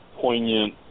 poignant